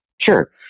Sure